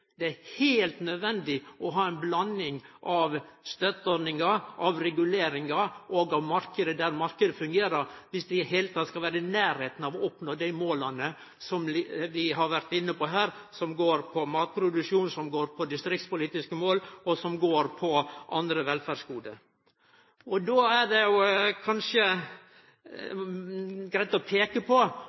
Det er heilt nødvendig å ha ei blanding av støtteordningar, av reguleringar og av marknaden der marknaden fungerer, dersom vi i det heile skal vere i nærleiken av å oppnå dei måla som vi har vore inne på her, som går på matproduksjon, som går på distriktspolitikk, og som går på andre velferdsgode. Då er det kanskje greitt å peike på